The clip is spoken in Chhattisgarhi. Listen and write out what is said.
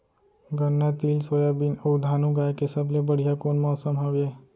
गन्ना, तिल, सोयाबीन अऊ धान उगाए के सबले बढ़िया कोन मौसम हवये?